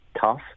tough